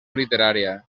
literària